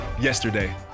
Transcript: yesterday